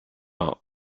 are